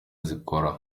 zikora